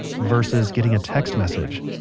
versus getting a text message